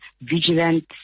vigilant